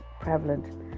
prevalent